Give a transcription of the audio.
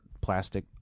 plastic